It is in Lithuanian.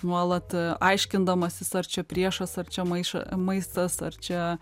nuolat a aiškindamasis ar čia priešas ar čia maiša maistas ar čia